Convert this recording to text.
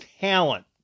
talent